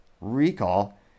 recall